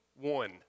one